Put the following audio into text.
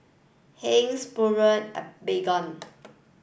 Heinz Pureen and Baygon